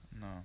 No